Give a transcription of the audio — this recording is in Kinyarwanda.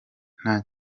nta